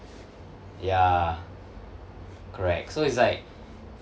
ya correct so it's like